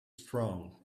strong